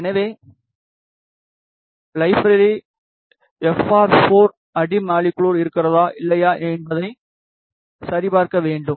எனவே லைஃப்பெரி எஃப்ஆர் 4 அடி மாலிகுலர் இருக்கிறதா இல்லையா என்பதைப் பார்க்க வேண்டும்